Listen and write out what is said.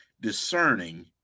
discerning